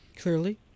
Clearly